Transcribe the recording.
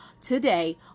today